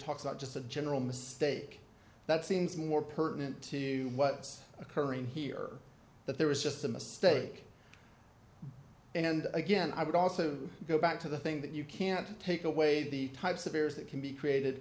talks about just a general mistake that seems more pertinent to what's occurring here that there was just a mistake and again i would also go back to the thing that you can't take away the types of errors that can be created